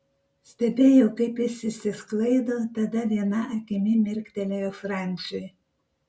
stebėjo kaip jis išsisklaido tada viena akimi mirktelėjo franciui